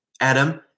Adam